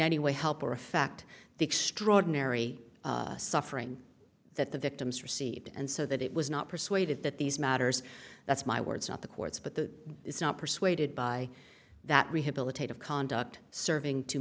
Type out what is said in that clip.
any way help or affect the extraordinary suffering that the victims received and so that it was not persuaded that these matters that's my words not the courts but that it's not persuaded by that rehabilitative conduct serving to